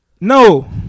No